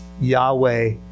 Yahweh